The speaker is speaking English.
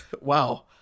Wow